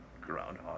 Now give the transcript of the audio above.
Groundhog